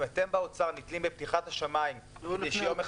אם אתם באוצר נתלים בפתיחת השמיים כדי שיום אחד